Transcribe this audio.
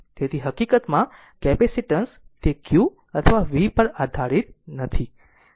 તેથી હકીકતમાં કેપેસિટન્સ તે q અથવા v પર આધારિત નથી